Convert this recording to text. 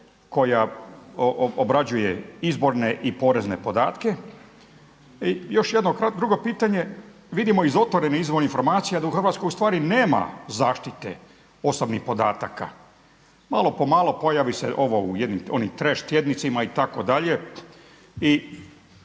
koja obrađuje izborne i porezne podatke? I još jedno drugo pitanje. Vidimo iz otvorenih izvora informacija da u Hrvatskoj u stvari nema zaštite osobnih podataka. Malo po malo pojavi se ovo u onih trash tjednicima itd.